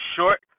short